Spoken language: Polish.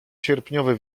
sierpniowy